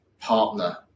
partner